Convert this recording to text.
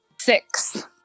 Six